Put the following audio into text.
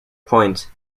point